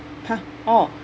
!huh! orh